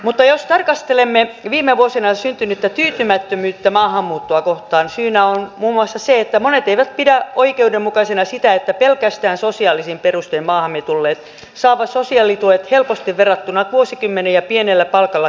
mutta jos tarkastelemme viime vuosina syntynyttä tyytymättömyyttä maahanmuuttoa kohtaan syynä on muun muassa se että monet eivät pidä oikeudenmukaisena sitä että pelkästään sosiaalisin perustein maahamme tulleet saavat sosiaalituet helposti verrattuna vuosikymmeniä pienellä palkalla kituuttaneisiin veronmaksajiimme